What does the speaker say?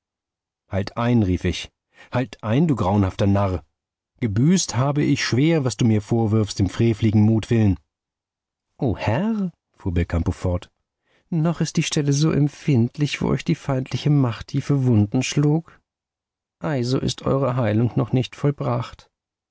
halt ein rief ich halt ein du grauenhafter narr gebüßt habe ich schwer was du mir vorwirfst im freveligen mutwillen o herr fuhr belcampo fort noch ist die stelle so empfindlich wo euch die feindliche macht tiefe wunden schlug ei so ist eure heilung noch nicht vollbracht